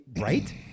Right